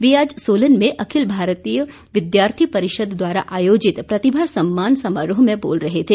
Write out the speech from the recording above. वे आज सोलन में अखिल भारतीय विद्यार्थी परिषद द्वारा आयोजित प्रतिभा सम्मान समारोह में बोल रहे थे